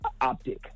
optic